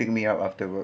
pick me up after work